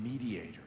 mediator